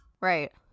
Right